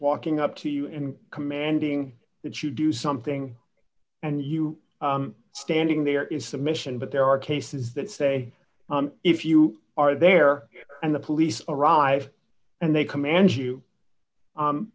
walking up to you in commanding that you do something and you standing there is submission but there are cases that say if you are there and the police arrive and they command you